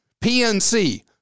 PNC